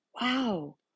wow